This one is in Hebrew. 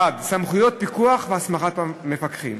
1. סמכויות פיקוח והסמכת מפקחים.